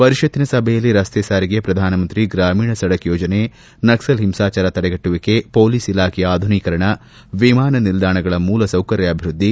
ಪರಿಷತ್ತಿನ ಸಭೆಯಲ್ಲಿ ರಸ್ತೆ ಸಾರಿಗೆ ಪ್ರಧಾನಮಂತ್ರಿ ಗ್ರಾಮೀಣ ಸಡಕ್ ಯೋಜನೆ ನಕ್ಲಲ್ ಹಿಂಸಾಚಾರ ತಡೆಗಟ್ಟುವಿಕೆ ಪೊಲೀಸ್ ಇಲಾಖೆಯ ಆಧುನೀಕರಣ ವಿಮಾನ ನಿಲ್ದಾಣಗಳ ಮೂಲ ಸೌಕರ್ಯಾಭಿವೃದ್ದಿ